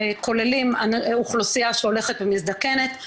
שכוללים אוכלוסייה שהולכת ומזדקנת,